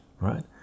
Right